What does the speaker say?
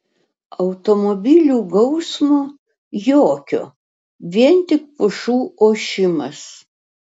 automobilių gausmo jokio vien tik pušų ošimas